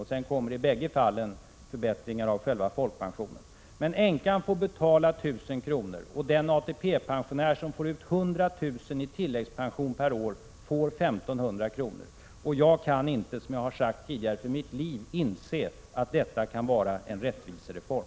Sedan kommer ju förbättringar av själva folkpensionen. Men änkan får betala 1 000 kr. ATP-pensionären som får ut 100 000 kr. i tilläggspension per år får 1 500 kr. Jag kan inte för mitt liv inse att detta kan vara en rättvis reform.